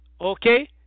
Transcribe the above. okay